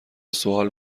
سوال